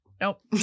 Nope